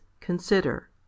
consider